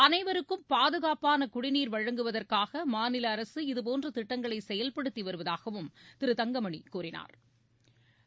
அனைவருக்கும் பாதுகாப்பான குடிநீர் வழங்குவதற்காக மாநில அரசு இதுபோன்ற திட்டங்களை செயல்படுத்தி வருவதாகவும் திரு தங்கமணி தெரிவித்தாா்